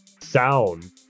sound